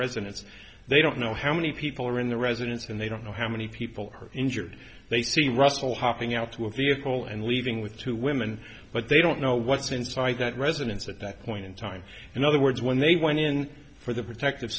residence they don't know how many people are in the residence and they don't know how many people are injured they see russell hopping out to a vehicle and leaving with two women but they don't know what's inside that residence at that point in time in other words when they went in for the protective